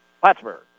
Plattsburgh